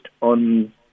on